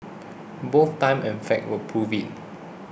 both time and facts will prove it